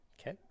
Okay